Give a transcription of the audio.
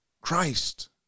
Christ